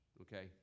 okay